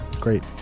great